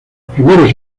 primeros